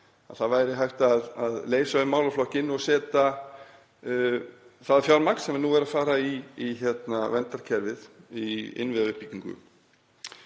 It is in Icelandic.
að það væri hægt að leysa um málaflokkinn og setja það fjármagn sem nú er að fara í verndarkerfið í innviðauppbyggingu.